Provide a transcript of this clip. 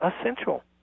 essential